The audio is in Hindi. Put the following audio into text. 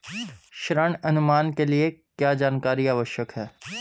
ऋण अनुमान के लिए क्या जानकारी आवश्यक है?